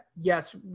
yes